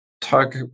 talk